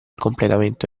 completamento